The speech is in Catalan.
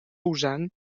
usant